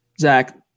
Zach